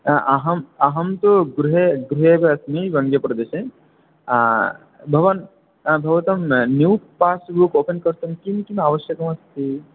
अहं अहं तु गृहे गृहे एव अस्मि वङ्गप्रदेसे भवान् भवतां न्यू पास्बुक् ओपन् कर्तुं किं किम् आवश्यकमस्ति